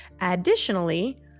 Additionally